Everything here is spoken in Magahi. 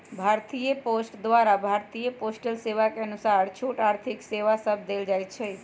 भारतीय पोस्ट द्वारा भारतीय पोस्टल सेवा के अनुसार छोट आर्थिक सेवा सभ देल जाइ छइ